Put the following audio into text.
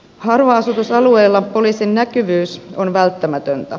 harva asutusalueella poliisin näkyvyys on välttämätöntä